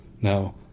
Now